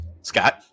Scott